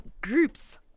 groups